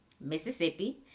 Mississippi